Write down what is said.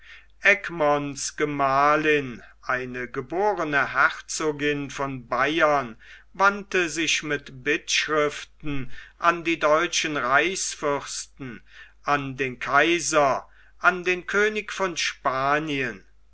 egmonts gemahlin eine geborne herzogin von bayern wandte sich mit bittschriften an die deutschen reichsfürsten an den kaiser an den könig von spanien